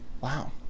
Wow